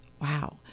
Wow